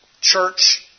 church